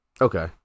Okay